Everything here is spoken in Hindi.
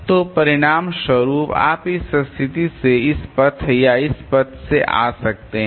तो परिणामस्वरूप आप इस स्थिति से इस पथ या इस पथ से आ सकते हैं